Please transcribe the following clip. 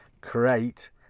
create